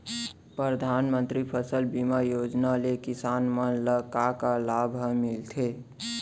परधानमंतरी फसल बीमा योजना ले किसान मन ला का का लाभ ह मिलथे?